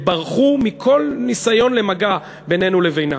שברחו מכל ניסיון למגע בינינו לבינם.